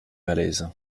malaise